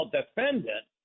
defendant